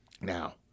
now